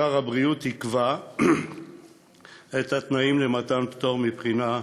שר הבריאות יקבע את התנאים למתן פטור מבחינת